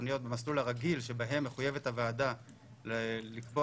במסלול הרגיל שבהם מחויבת הוועדה לקבוע